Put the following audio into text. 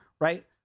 right